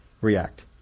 react